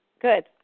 Good